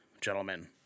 gentlemen